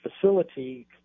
facility